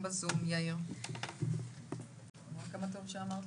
בוקר טוב,